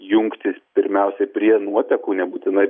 jungtis pirmiausiai prie nuotekų nebūtinai